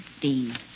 Dean